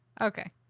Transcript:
Okay